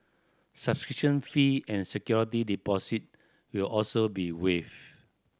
subscription fee and security deposit will also be waived